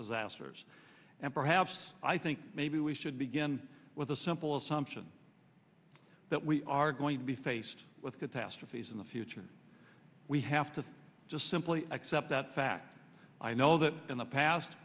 disasters and perhaps i think maybe we should begin with a simple assumption that we are going to be faced with catastrophes in the future we have to just simply accept that fact i know that in the past